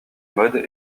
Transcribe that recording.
mode